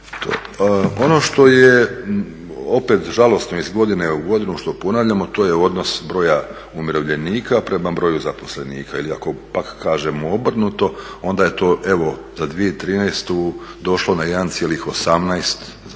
Ono što je opet žalosno iz godine u godinu što ponavljamo to je odnos broja umirovljenika prema broju zaposlenika ili ako pak kažemo obrnuto onda je to evo za 2013. došlo na 1,18 zaposlenici,